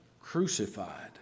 crucified